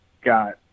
got